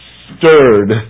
stirred